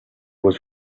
was